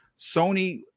Sony